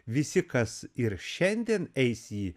visi kas ir šiandien eis į